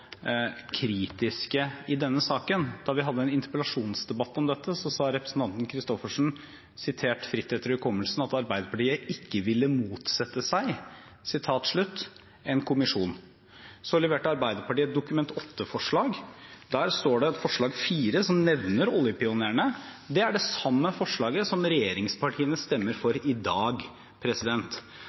kritiske i denne saken. Da vi hadde en interpellasjonsdebatt om dette, sa representanten Christoffersen – sitert fritt etter hukommelsen – at Arbeiderpartiet «vil ikke motsette seg» en kommisjon. Så leverte Arbeiderpartiet et Dokument 8-forslag. Der står det et forslag, forslag 4, som nevner oljepionerene. Det er det samme forslaget som regjeringspartiene stemmer for i dag.